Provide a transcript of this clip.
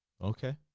Okay